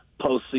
postseason